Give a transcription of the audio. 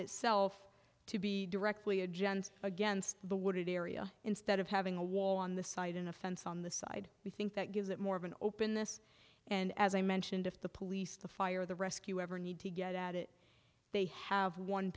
itself to be directly a gent's against the wooded area instead of having a wall on the side and a fence on the side we think that gives it more of an openness and as i mentioned if the police to fire the rescue ever need to get at it they have one